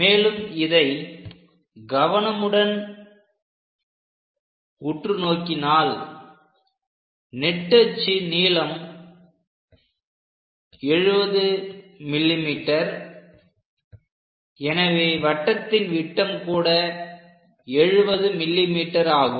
மேலும் இதை கவனமுடன் உற்றுநோக்கினால் நெட்டச்சு நீளம் 70 mm எனவே வட்டத்தின் விட்டம் கூட 70 mm ஆகும்